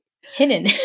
hidden